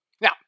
Now